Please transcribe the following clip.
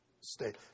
state